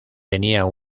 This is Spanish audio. tenían